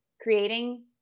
creating